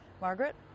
Margaret